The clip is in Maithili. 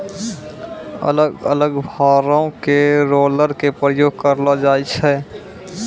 अलग अलग भारो के रोलर के प्रयोग करलो जाय छै